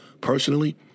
Personally